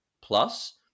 Plus